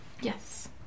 Yes